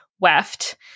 weft